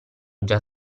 già